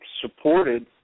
supported